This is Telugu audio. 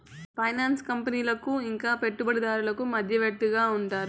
ఫైనాన్స్ కంపెనీలకు ఇంకా పెట్టుబడిదారులకు మధ్యవర్తిగా ఉంటారు